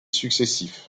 successifs